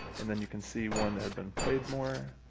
and then you can see one that had been played more.